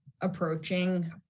approaching